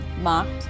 mocked